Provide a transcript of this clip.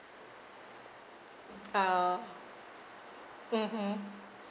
ah mmhmm